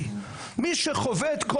אני לא צריך שיכאיבו לילדים שלי.